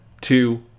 two